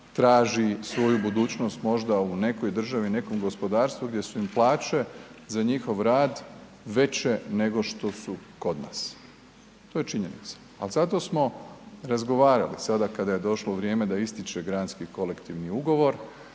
traži svoju budućnost možda u nekoj državi, nekom gospodarstvu, gdje su im plaće za njihov rad veće nego što su kod nas, to je činjenica, al zato smo razgovarali sada kada je došlo vrijeme da ističe Granski kolektivni ugovor